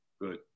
good